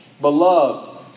Beloved